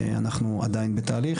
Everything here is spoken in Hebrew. איזה יחידות אנחנו עדיין בתהליך.